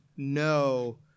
No